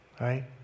Right